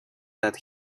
that